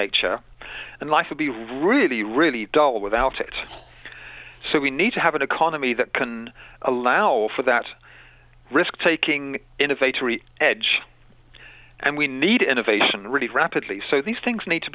nature and life would be really really dull without it so we need to have an economy that can allow for that risk taking innovator edge and we need innovation really rapidly so these things need to